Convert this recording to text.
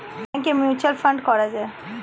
ব্যাংকে mutual fund করা যায়